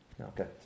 Okay